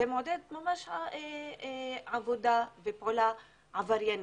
זה מעודד ממש פעולה עבריינית.